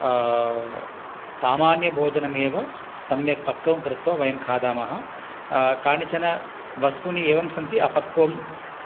सामान्यभोजनमेव सम्यक् पक्वं कृत्वा वयं खादामः कानिचन वस्तूनि एवं सन्ति अपक्वं